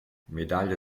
medaglia